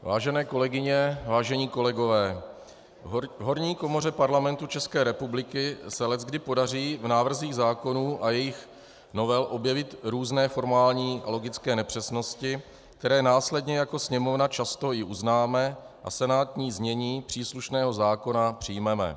Vážené kolegyně, vážení kolegové, v horní komoře Parlamentu ČR se leckdy podaří v návrzích zákonů a jejich novel objevit různé formální a logické nepřesnosti, které následně jako Sněmovna často i uznáme a senátní znění příslušného zákona přijmeme.